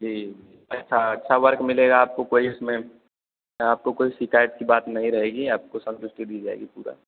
जी अच्छा अच्छा वर्क मिलेगा आपको कोई उसमें आपको कोई शिकायत की बात नहीं रहेगी आपको सब हिस्टी दी जाएगी पूरा